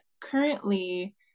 currently